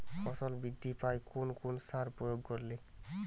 ফসল বৃদ্ধি পায় কোন কোন সার প্রয়োগ করলে?